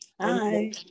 Hi